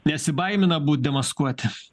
nesibaimina būt demaskuoti